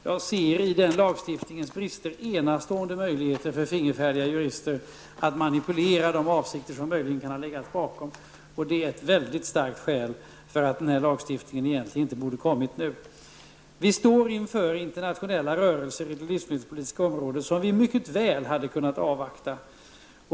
Jag ser i den lagstiftningens brister enastående möjligheter för fingerfärdiga jurister att manipulera de avsikter som möjligen kan ha funnits, och det är ett mycket starkt skäl för att denna lagstiftning inte borde ha kommit nu. Vi står inför internationella rörelser på det livsmedelspolitiska området som vi mycket väl hade kunnat avvakta.